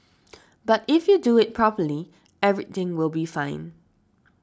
but if you do it properly everything will be fine